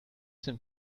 sind